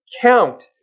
count